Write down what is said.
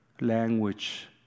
language